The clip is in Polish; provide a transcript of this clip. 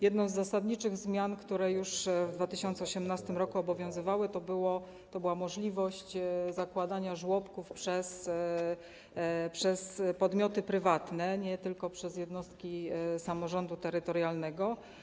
Jedną z zasadniczych zmian, które już w 2018 r. obowiązywały, była możliwość zakładania żłobków przez podmioty prywatne, nie tylko przez jednostki samorządu terytorialnego.